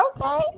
okay